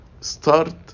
start